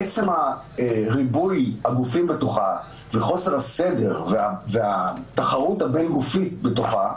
בעצם ריבוי הגופים בתוכה וחוסר הסדר והתחרות הבין-הגופית בתוכה,